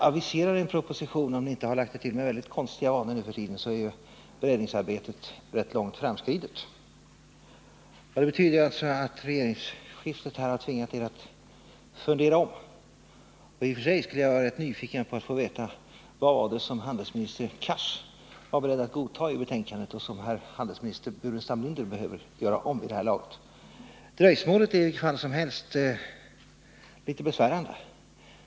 Om ni inte har lagt er till med mycket konstiga vanor nu för tiden, borde beredningsarbetet vid det här laget vara rätt långt framskridet. Regeringsskiftet har tydligen tvingat er att fundera om. I och för sig är jag rätt nyfiken på att få veta vad handelsminister Cars var beredd att godta i betänkandet men som handelsminister Burenstam Linder nu anser sig behöva göra om. Dröjsmålet är i vilket fall som helst litet besvärande.